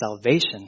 salvation